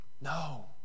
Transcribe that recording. No